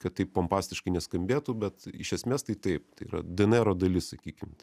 kad taip pompastiškai neskambėtų bet iš esmės tai taip tai yra dnro dalis sakykim